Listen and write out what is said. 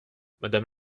madame